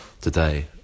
today